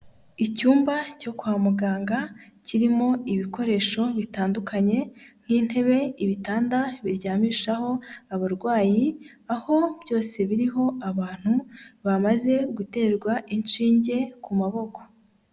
Icyumba cyo kwa muganga, kirimo ibikoresho bitandukanye nk'intebe, ibitanda biryamishaho abarwayi, aho byose biriho abantu, bamaze guterwa inshinge ku maboko.